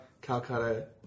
Calcutta